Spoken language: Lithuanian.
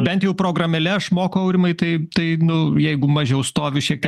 bent jau programėle aš moku aurimai tai tai nu jeigu mažiau stoviu šiek tiek